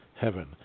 heaven